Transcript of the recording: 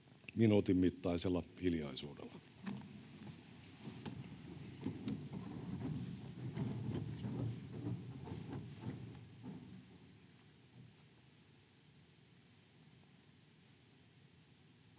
minuutin mittaisella hiljaisuudella.